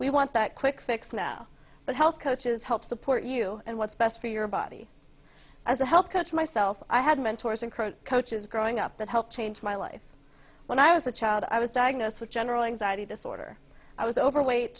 we want that quick fix now but health coaches help support you and what's best for your body as a health coach myself i had mentors and coach coaches growing up that helped change my life when i was a child i was diagnosed with general anxiety disorder i was overweight